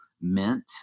mint